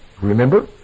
Remember